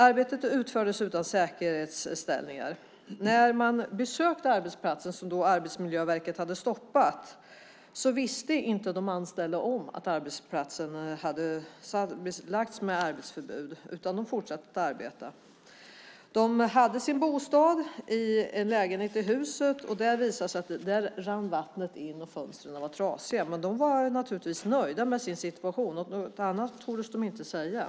Arbetet utfördes utan säkerhetsställningar. När man besökte arbetsplatsen där Arbetsmiljöverket hade stoppat arbetet visste inte de anställda att arbetsplatsen belagts med arbetsförbud. De fortsatte att arbeta. De hade sin bostad i en lägenhet i huset. Där rann vattnet in och fönstren var trasiga. Men de var naturligtvis nöjda med sin situation. Något annat tordes de inte säga.